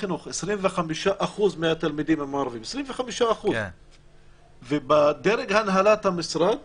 25% מהתלמידים הם ערבים, ובדרג הנהלת המשרד